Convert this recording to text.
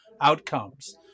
outcomes